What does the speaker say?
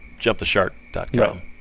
jumptheshark.com